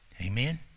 Amen